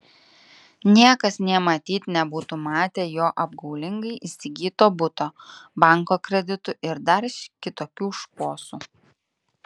niekas nė matyt nebūtų matę jo apgaulingai įsigyto buto banko kreditų ir dar kitokių šposų